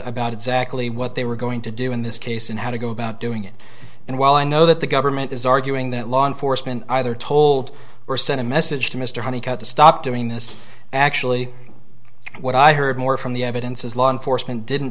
about exactly what they were going to do in this case and how to go about doing it and while i know that the government is arguing that law enforcement either told or sent a message to mr honey got to stop doing this actually what i heard more from the evidence is law enforcement didn't